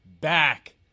back